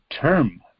term